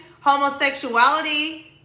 homosexuality